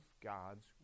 God's